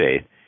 faith